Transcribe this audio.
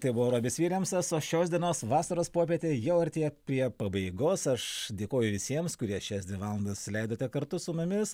tai buvo robis viljamsas o šios dienos vasaros popietė jau artėja prie pabaigos aš dėkoju visiems kurie šias dvi valandas leidote kartu su mumis